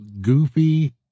goofy